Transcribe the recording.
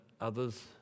others